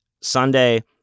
Sunday